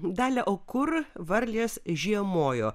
dalia o kur varlės žiemojo